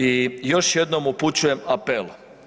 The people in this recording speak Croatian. I još jednom upućujem apel.